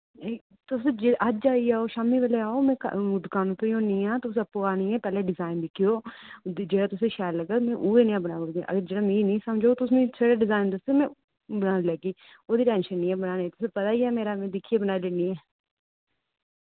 तुस जे अज्ज आई जाओ शाम्मी बेल्लै आओ मैं दुकान उप्पर ही होनी आं तुस आप्पू आह्नियै पैह्ले डिजाइन दिक्खेओ जेह्ड़ा तुसें शैल लग्गगा में उऐ नेहा बनाई ऊड़गी अगर जेह्ड़ा मि नि समझ औग तुस मि छड़े डिजाइन दस्सेओ में बनाई लैगी उ'दी टैंशन नि ऐ बनाने दी तुसें पता ही ऐ मेरा मैं दिक्खियै बनाई लैनी ऐ